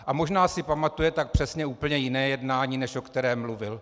A možná si pamatuje tak přesně úplně jiné jednání, než o kterém mluvil.